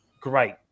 great